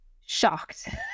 shocked